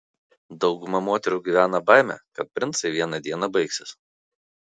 dauguma moterų gyvena baime kad princai vieną dieną baigsis